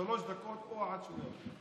שלוש דקות, או עד שהוא יגיע.